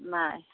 ନାଇଁ